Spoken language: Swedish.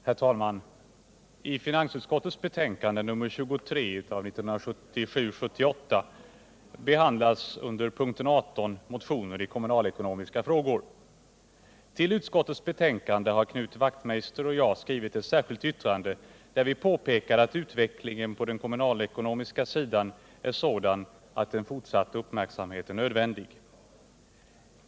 Herr talman! I finansutskottets betänkande nr 23 behandlas under p. 18 motioner i kommunalekonomiska frågor. Vid utskottets betänkande har Knut Wachtmeister och jag fogat ett särskilt yttrande där vi påpekar att utvecklingen på den kommunalekonomiska sidan är sådan att en fortsatt uppmärksamhet är nödvändig.